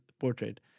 portrait